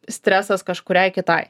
stresas kažkuriai kitai